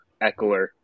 Eckler